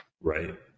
right